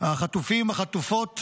החטופים והחטופות,